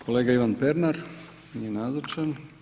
Kolega Ivan Pernar, nije nazočan.